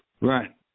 Right